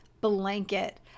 blanket